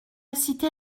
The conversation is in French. cité